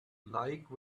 like